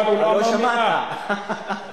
אני לא מסכים והנאום שלך לא מעניין.